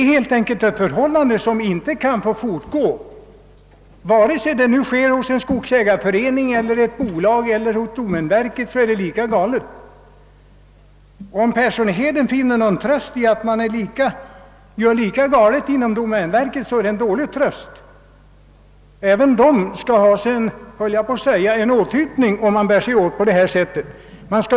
Detta är förhållanden som inte får råda, oavsett om händelserna inträffar i en skogsägareförening, i ett bolag eller i domänverkets verksamhet. Det är lika galet i samtliga fall. Och om herr Persson i Heden finner någon tröst i att domänverket handlar lika galet, så är det en klen tröst. Även domänverket skall ha en anmärkning, om det bär sig åt på det sättet.